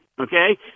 okay